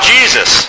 Jesus